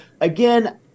again